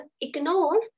ignore